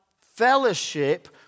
fellowship